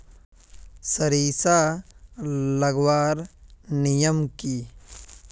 सरिसा लगवार नियम की?